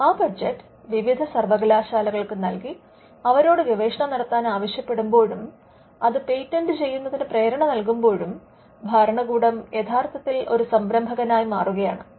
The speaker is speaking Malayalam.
ആ ബജറ്റ് വിവിധ സർവകലാശാലകൾക്ക് നൽകി അവരോട് ഗവേഷണം നടത്താൻ ആവശ്യപെടുമ്പോഴും അത് പേറ്റന്റ് ചെയ്യുന്നതിന് പ്രേരണ നൽകുമ്പോഴും ഭരണകൂടം യഥാർത്ഥത്തിൽ ഒരു സംരംഭകനായി മാറുകയാണ്